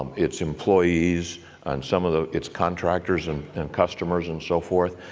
its employees and some of ah its contractors and and customers and so forth.